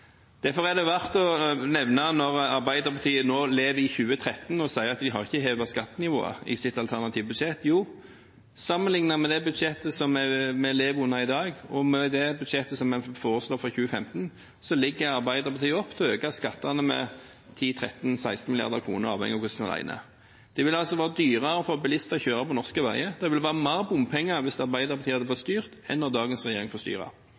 Derfor er det verdt å nevne, når Arbeiderpartiet nå lever i 2013 og sier at de ikke har hevet skattenivået i sitt alternative budsjett, at sammenliknet med det budsjettet som vi har i dag, og med det budsjettet som vi foreslår for 2015, legger Arbeiderpartiet opp til å øke skattene med 10–13–16 mrd. kr, avhengig av hvordan en regner. Det ville altså vært dyrere for bilister å kjøre på norske veier, og det ville vært mer bompenger hvis Arbeiderpartiet hadde fått styre, enn når dagens regjering får styre.